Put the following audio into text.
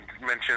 mention